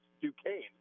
Duquesne